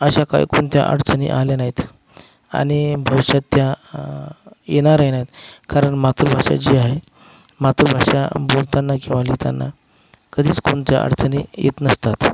अशा काय कोणत्या अडचणी आल्या नाहीत आणि भविष्यात त्या येणारही नाहीत कारण मातृभाषा जी आहे मातृभाषा बोलताना किंवा लिहिताना कधीच कोणच्या अडचणी येत नसतात